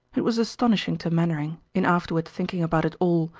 it was astonishing to mainwaring, in afterward thinking about it all,